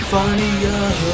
Funnier